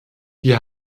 wir